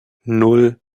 nan